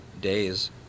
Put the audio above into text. days